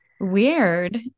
Weird